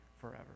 forever